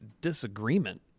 disagreement